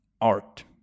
art